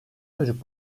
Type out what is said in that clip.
çocuk